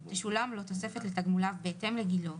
תשולם לו תוספת לתגמוליו בהתאם לגילו,